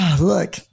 look